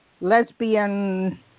lesbian